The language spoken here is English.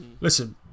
listen